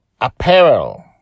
apparel